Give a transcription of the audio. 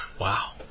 Wow